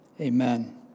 Amen